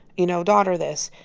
you know, daughter this.